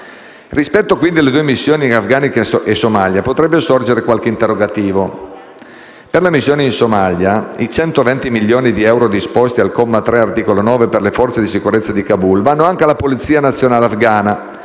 Rispetto quindi alle due missioni in Afghanistan e Somalia potrebbe sorgere qualche interrogativo. Per la missione in Afghanistan, i 120 milioni di euro disposti al comma 3, articolo 9, per le forze di sicurezza di Kabul, vanno anche alla polizia nazionale afgana